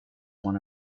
one